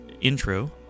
intro